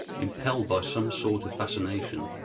impelled by some sort of fascination,